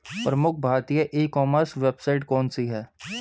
प्रमुख भारतीय e commerce website कौन कौन सी हैं?